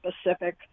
specific